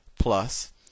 plus